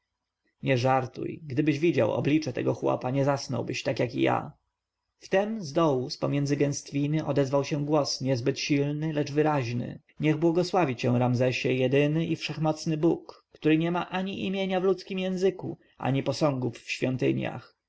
nie żartuj gdybyś widział oblicze tego chłopa nie zasnąłbyś jak i ja wtem zdołu z pomiędzy gęstwiny odezwał się głos niezbyt silny lecz wyraźny niech błogosławi cię ramzesie jedyny i wszechmocny bóg który nie ma imienia w ludzkim języku ani posągów w świątyniach